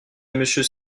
monsieur